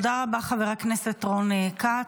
תודה רבה, חבר הכנסת רון כץ.